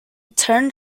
turned